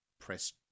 press